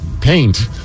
paint